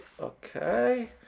okay